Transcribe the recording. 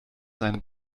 sein